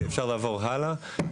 זה ישן וצריך להחליף את זה.